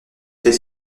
fait